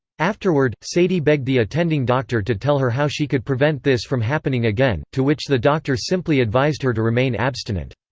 afterward, sadie begged the attending doctor to tell her how she could prevent this from happening again, to which the doctor simply advised her to remain abstinent.